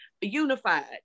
unified